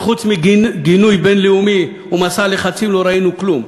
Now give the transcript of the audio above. וחוץ מגינוי בין-לאומי ומסע לחצים לא ראינו כלום,